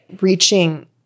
reaching –